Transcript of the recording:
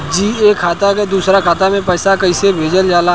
जी एक खाता से दूसर खाता में पैसा कइसे भेजल जाला?